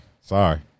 Sorry